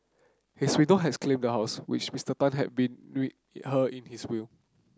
his widow has claimed the house which Mister Tan had been her in his will